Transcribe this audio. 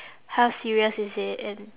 how serious is it and